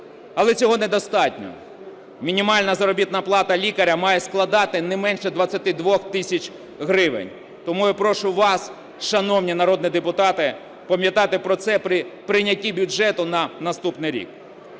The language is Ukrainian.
Але цього недостатньо. Мінімальна заробітна плата лікаря має складати не менше 22 тисяч гривень. Тому я прошу вас, шановні народні депутати, пам'ятати про це при прийнятті бюджету на наступний рік.